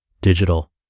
Digital